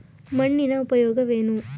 ಮಣ್ಣಿನ ಉಪಯೋಗವೇನು?